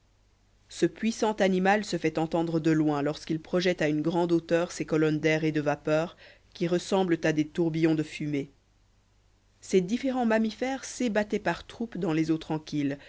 ce puissant animal se fait entendre de loin lorsqu'il projette à une grande hauteur ses colonnes d'air et de vapeur qui ressemblent à des tourbillons de fumée ces différents mammifères s'ébattaient par troupes dans les eaux tranquilles